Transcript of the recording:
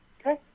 okay